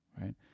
right